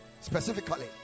specifically